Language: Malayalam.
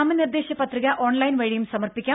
നാമനിർദ്ദേശ പത്രിക ഓൺലൈൻ വഴിയും സമർപ്പിക്കാം